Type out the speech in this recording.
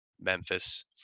Memphis